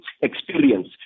experience